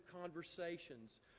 conversations